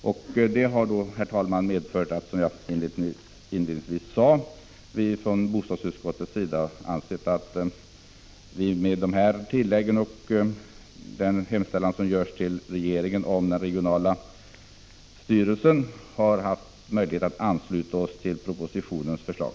Allt detta har medfört — som jag inledningsvis sade — att vi, med dessa tillägg och den hemställan som görs till regeringen om den regionala styrelsen, haft möjlighet att ansluta oss till propositionens förslag.